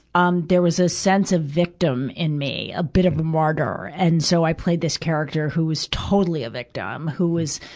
um there was a sense of victim in me a bit of martyr. and so, i played this character who was totally a victim, who was,